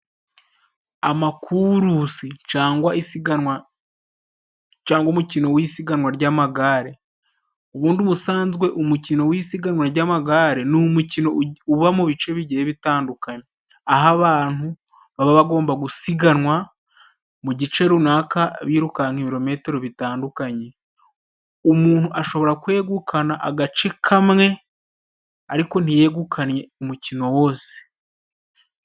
Amakurusi cangwa isiganwa cangwa umukino w'isiganwa ry'amagare, ubundi busanzwe umukino w'isiganwa ry'amagare ni umukino ubamo ibice bigiye bitandukanye, aho abantu baba bagomba gusiganwa mu gice runaka, birukanka ibirometero bitandukanye. Umuntu ashobora kwegukana agace kamwe ariko ntiyegukane umukino wose.